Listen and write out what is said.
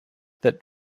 that